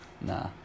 Nah